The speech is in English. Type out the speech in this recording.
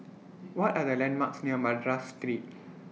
What Are The landmarks near Madras Street